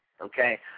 okay